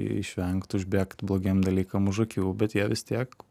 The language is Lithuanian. išvengt užbėgt blogiem dalykam už akių bet jie vis tiek